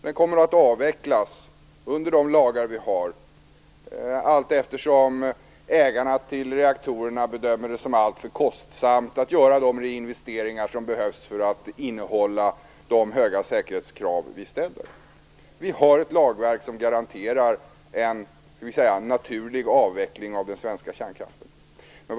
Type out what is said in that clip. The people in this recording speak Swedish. Den kommer att avvecklas under lagar vi har allteftersom ägarna till reaktorerna bedömer det som alltför kostsamt att göra de reinvesteringar som behövs för att man skall kunna uppfylla de höga säkerhetskrav vi ställer. Vi har ett lagverk som garanterar en naturlig avveckling av den svenska kärnkraften.